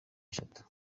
eshatu